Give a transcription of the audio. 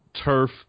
turf